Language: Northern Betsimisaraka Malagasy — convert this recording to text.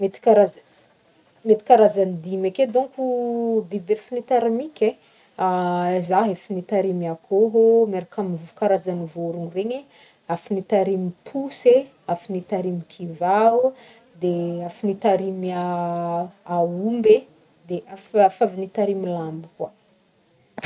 Mety karaza- mety karzagny dimy ake dônko biby efa nitarimiko e, za efa nitarimy akoho, miaraka amin'ny karazagny vorogno regny, efa nitarimy posy e, efa nitarimy kivà o, de efa nitarimy aomby e, de efa- efa avy nitarimy lambo koa.